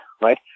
right